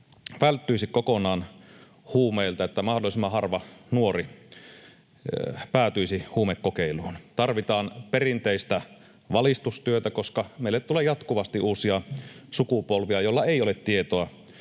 välttyisi kokonaan huumeilta, että mahdollisimman harva nuori päätyisi huumekokeiluun. Tarvitaan perinteistä valistustyötä, koska meille tulee jatkuvasti uusia sukupolvia, jolla ei ole tietoa